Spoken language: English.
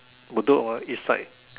Bedok ah east side